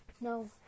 no